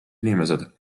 inimesed